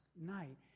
night